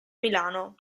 milano